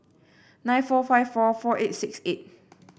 nine four five four four eight six eight